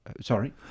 Sorry